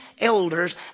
elders